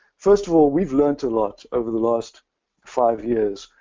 first of all, we've learned a lot over the last five years.